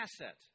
asset